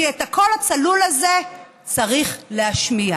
כי את הקול הצלול הזה צריך להשמיע.